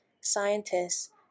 scientists